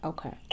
Okay